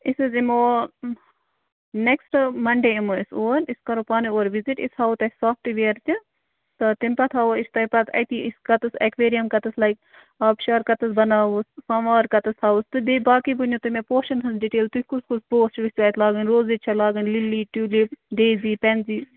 أسۍ حظ یِمو نیکٕسٹ مَنڈے یِمو أسۍ اور أسۍ کَرو پانَے اور وِزِٹ أسۍ ہاوَو تۄہہِ سافٹ وِیَر تہِ تہٕ تَمہِ پتہٕ ہاوَو أسۍ تۄہہِ پَتہٕ اَتی أسۍ کَتَتھ اٮ۪کویرِیَم کَتَس لَگہِ آبشار کَتَس بَناوَو فَوار کَتٮ۪تھ تھاووس تہٕ بیٚیہِ باقٕے ؤنِو تُہۍ مےٚ پوشَن ہٕںٛز ڈِٹیل تُہۍ کُس کُس پوش چھُو ویٚژھِو اَتہِ لاگٕنۍ روزٕے چھےٚ لاگٕنۍ لِلی ٹیوٗلِپ ڈیزی پٮ۪نزی